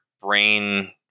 brain